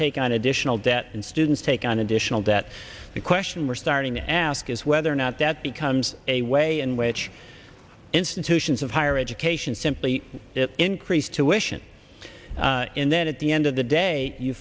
take on additional debt and students take on additional debt the question we're starting to ask is whether or not that becomes a way in which institutions of higher education simply increase tuition and then at the end of the day you